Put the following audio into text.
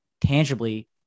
tangibly